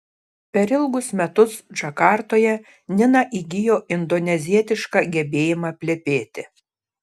per ilgus metus džakartoje nina įgijo indonezietišką gebėjimą plepėti